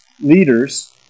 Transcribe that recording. leaders